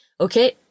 okay